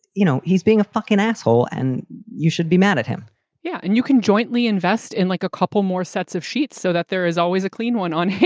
you know, he's being a fucking asshole and you should be mad at him yeah. and you can jointly invest in, like, a couple more sets of sheets so that there is always a clean one on.